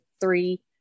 three